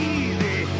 easy